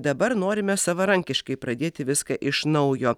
dabar norime savarankiškai pradėti viską iš naujo